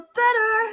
better